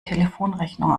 telefonrechnung